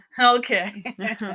okay